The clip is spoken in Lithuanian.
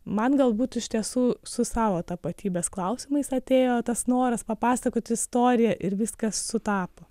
man galbūt iš tiesų su savo tapatybės klausimais atėjo tas noras papasakoti istoriją ir viskas sutapo